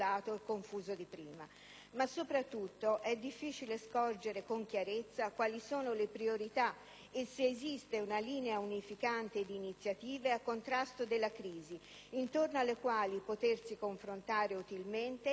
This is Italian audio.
Ma soprattutto è difficile scorgere con chiarezza quali sono le priorità e se esiste una linea unificante di iniziative a contrasto della crisi, intorno alle quali potersi confrontare utilmente e quindi mobilitare